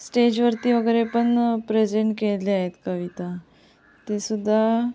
स्टेजवरती वगैरे पण प्रेजेंट केले आहेत कविता ते सुद्धा